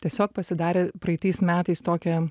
tiesiog pasidarė praeitais metais tokią